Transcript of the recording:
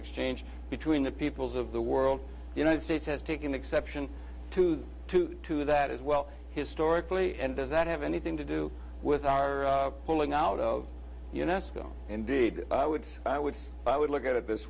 exchange between the peoples of the world united states has taken exception to the two to that as well historically and does that have anything to do with our pulling out of unesco indeed i would i would i would look at it this